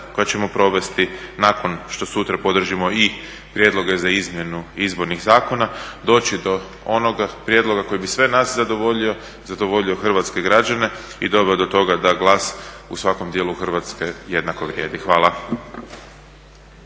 koja ćemo provesti nakon što sutra podržimo i prijedloge za izmjenu izbornih zakona doći do onoga prijedloga koji bi sve nas zadovoljio, zadovoljio hrvatske građane i doveo do toga da glas u svakom dijelu Hrvatske jednako vrijedi. Hvala.